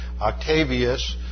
Octavius